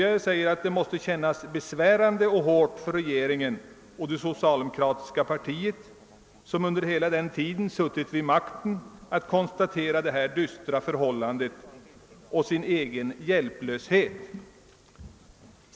Jag tycker att det måste kännas besvärande för regeringen och det socialdemokratiska partiet, som under hela tiden suttit vid makten, att konstatera detta dystra förhållande och sin egen hjälplöshet.